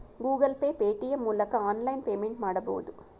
Google pay, Paytm ಮೂಲಕ online payment ಮಾಡಬಹುದು